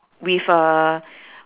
with a